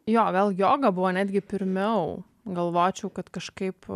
jo vėl joga buvo netgi pirmiau galvočiau kad kažkaip